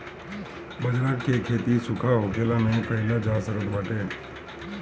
बजरा के खेती सुखा होखलो में कइल जा सकत बाटे